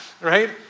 right